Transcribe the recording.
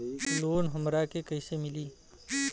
Loan हमरा के कईसे मिली?